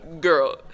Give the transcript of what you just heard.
Girl